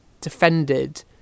defended